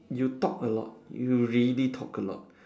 you talk a lot you really talk a lot